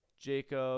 Jacob